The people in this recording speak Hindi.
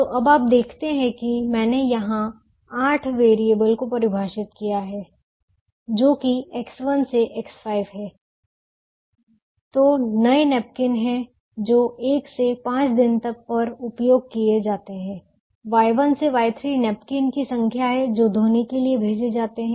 तो अब आप देखते हैं कि यहां मैंने आठ वेरिएबल्स को परिभाषित किया है जो कि X1 से X5 हैं जो नए नैपकिन हैं जो 1 से 5 दिन पर उपयोग किए जाते हैं Y1 से Y3 नैपकिन की संख्या है जो धोने के लिए भेजे जाते हैं